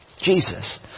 Jesus